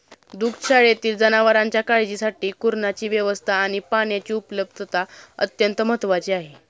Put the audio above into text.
दुग्धशाळेतील जनावरांच्या काळजीसाठी कुरणाची व्यवस्था आणि पाण्याची उपलब्धता अत्यंत महत्त्वाची आहे